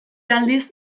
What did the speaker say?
aldiz